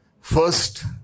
first